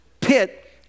pit